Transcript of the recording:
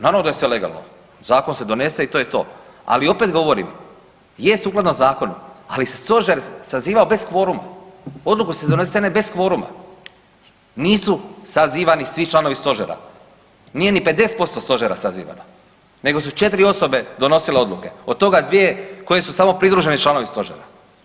Naravno da je sve legalno, zakon se donese i to je to, ali opet govorim je sukladno zakonu ali se stožer sazivao bez kvoruma, odluke su donesene bez kvoruma, nisu sazivani svi članovi stožera nije ni 50% stožera sazivano nego su četiri osobe donosile odluke, od toga dvije koje su samo pridruženi članovi stožera.